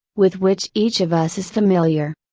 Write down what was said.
with which each of us is familiar.